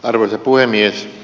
arvoisa puhemies